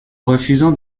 refusant